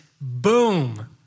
boom